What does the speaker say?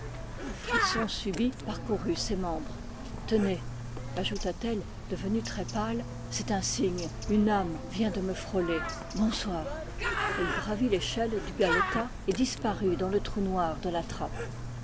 un frisson subit parcourut ses membres tenez ajouta-t-elle devenue très pâle c'est un signe une âme vient de me frôler bonsoir elle gravit l'échelle du galetas et disparut dans le trou noir de la trappe